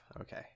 Okay